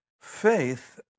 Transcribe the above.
faith